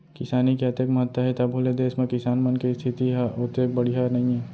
किसानी के अतेक महत्ता हे तभो ले देस म किसान मन के इस्थिति ह ओतेक बड़िहा नइये